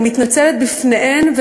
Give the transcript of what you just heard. אני מתנצלת בפניהן,